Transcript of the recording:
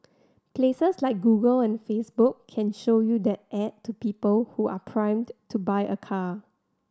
places like Google and Facebook can show you that ad to people who are primed to buy a car